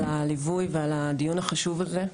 על הליווי ועל קיום הדיון החשוב הזה.